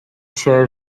się